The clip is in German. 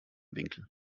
winkel